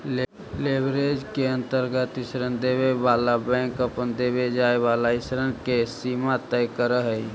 leverage के अंतर्गत ऋण देवे वाला बैंक अपन देवे जाए वाला ऋण के सीमा तय करऽ हई